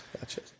gotcha